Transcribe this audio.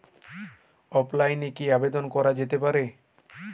অফলাইনে কি আবেদন করা যেতে পারে?